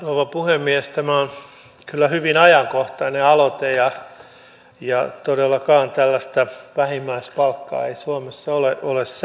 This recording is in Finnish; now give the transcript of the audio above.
tämä on kyllä hyvin ajankohtainen aloite ja todellakaan tällaista vähimmäispalkkaa ei suomessa ole säädetty